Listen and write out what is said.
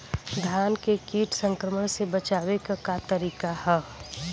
धान के कीट संक्रमण से बचावे क का तरीका ह?